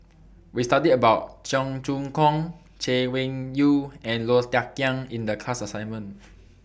We studied about Cheong Choong Kong Chay Weng Yew and Low Thia Khiang in The class assignment